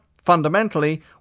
Fundamentally